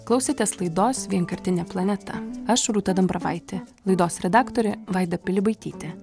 klausėtės laidos vienkartinė planeta aš rūta dambravaitė laidos redaktorė vaida pilibaitytė